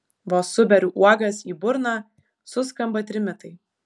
vos suberiu uogas į burną suskamba trimitai